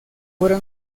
obra